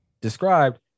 described